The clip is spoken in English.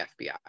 FBI